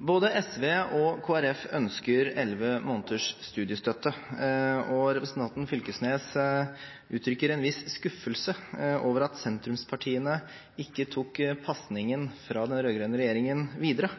Både SV og Kristelig Folkeparti ønsker elleve måneders studiestøtte, og representanten Fylkesnes uttrykker en viss skuffelse over at sentrumspartiene ikke tok pasningen fra den rød-grønne regjeringen videre.